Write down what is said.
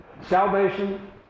salvation